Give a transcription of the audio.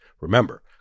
Remember